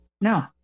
No